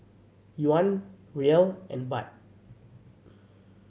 Yuan Riel and Baht